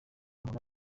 nkora